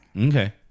Okay